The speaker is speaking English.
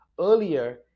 earlier